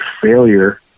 failure